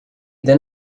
then